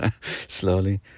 slowly